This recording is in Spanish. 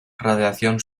radiación